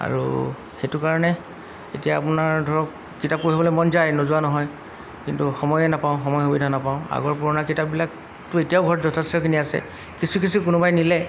আৰু সেইটো কাৰণে এতিয়া আপোনাৰ ধৰক কিতাপ পঢ়িবলৈ মন যায় নোযোৱা নহয় কিন্তু সময়ে নাপাওঁ সময় সুবিধা নাপাওঁ আগৰ পুৰণা কিতাপবিলাকতো এতিয়াও ঘৰত যথেষ্টখিনি আছে কিছু কিছু কোনোবাই নিলে